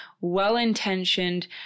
well-intentioned